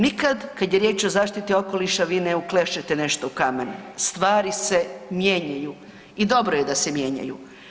Nikad kad je riječ o zaštiti okoliša vi ne uklešete nešto u kamen, stvari se mijenjaju i dobro je da se mijenjaju.